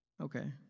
Okay